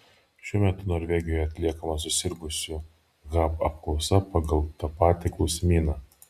šiuo metu norvegijoje atliekama susirgusiųjų ha apklausa pagal tą patį klausimyną